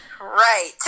Right